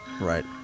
Right